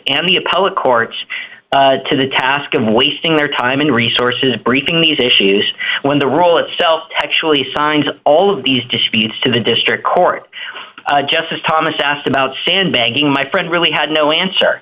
and the appellate courts to the task of wasting their time and resources briefing these issues when the role itself actually signs all of these disputes to the district court justice thomas asked about sandbagging my friend really had no answer